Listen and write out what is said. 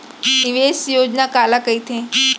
निवेश योजना काला कहिथे?